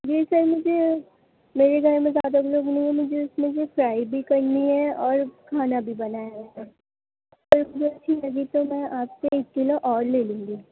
جی sir مجھے میرے گھر میں زیادہ لوگ نہیں ہیں مجھے اس میں سے فرائی بھی کرنی ہے اور کھانا بھی بنانا ہے سر اگر اچھی بنی تو میں آپ سے ایک کلو اور لے لوں گی